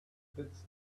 that’s